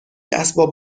اسباب